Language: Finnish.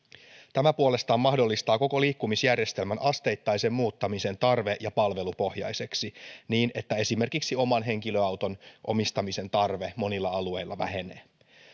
tämä puolestaan mahdollistaa koko liikkumisjärjestelmän asteittaisen muuttamisen tarve ja palvelupohjaiseksi niin että esimerkiksi oman henkilöauton omistamisen tarve monilla alueilla vähenee